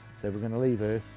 so, we're gonna leave her,